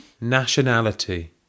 Nationality